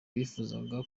bifuzaga